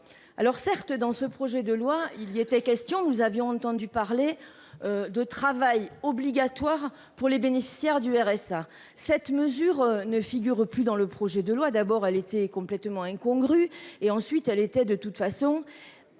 Alors certes dans ce projet de loi il y était question nous avions entendu parler. De travail obligatoire pour les bénéficiaires du RSA. Cette mesure ne figure plus dans le projet de loi, d'abord elle était complètement incongrue et ensuite elle était de toute façon.